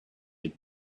had